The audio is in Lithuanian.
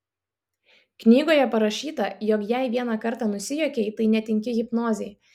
knygoje parašyta jog jei vieną kartą nusijuokei tai netinki hipnozei